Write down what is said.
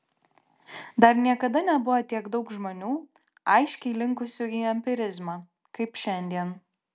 dar niekada nebuvo tiek daug žmonių aiškiai linkusių į empirizmą kaip šiandien